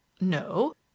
No